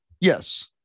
Yes